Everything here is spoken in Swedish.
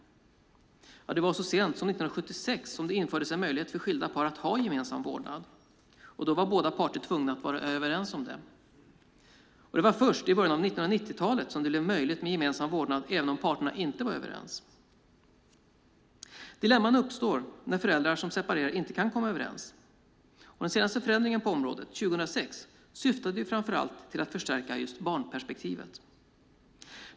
Så sent som 1976 infördes en möjlighet för skilda par att ha gemensam vårdnad, och då var båda parter tvungna att vara överens om det. Och det var först i början av 1990-talet som det blev möjligt med gemensam vårdnad även om parterna inte var överens. Dilemman uppstår när föräldrar som separerar inte kan komma överens. Den senaste förändringen på området, 2006, syftade framför allt till att förstärka barnperspektivet.